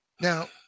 now